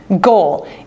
goal